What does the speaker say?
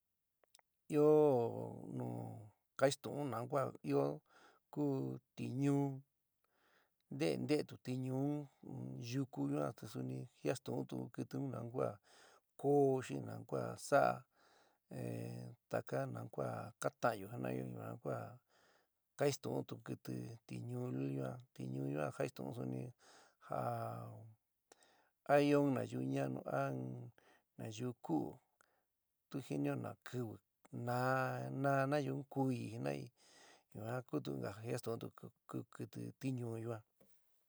Ɨó nu kaistu'un nau ku a ɨó ku tiñuú nté ntétu tiñuú un yuku yuan te suni jiasstu'untu kɨtɨ un nu kua koó xi nu kua sa'a taka nu kua ka ta'anyo jina'ayo yuan kua kainstu'untu kɨtɨ tiñúú luli yuan tiñu jaistu'un suni ja a ɨó in nayiu ña'anu a in nayuú ku'u tu jinɨó na kɨvi naá naá nayuú un kuɨí jina'i yuan kutu inka ja jiastu'untu ku kɨtɨ tiñú yuan.